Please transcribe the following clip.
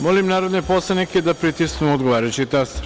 Molim narodne poslanike da pritisnu odgovarajući taster.